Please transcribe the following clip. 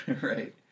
Right